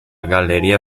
galleria